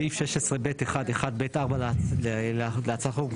בסעיף 16(ב1)(1)(ב)(4) להצעת החוק,